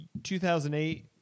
2008